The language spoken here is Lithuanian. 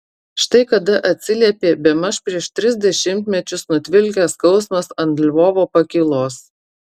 štai kada atsiliepė bemaž prieš tris dešimtmečius nutvilkęs skausmas ant lvovo pakylos